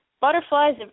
Butterflies